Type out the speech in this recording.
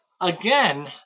again